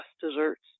desserts